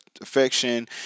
affection